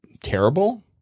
terrible